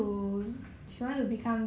mm